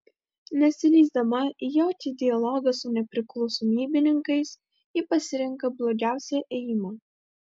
nesileisdama į jokį dialogą su nepriklausomybininkais ji pasirenka blogiausią ėjimą